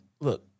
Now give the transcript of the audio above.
look